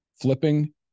flipping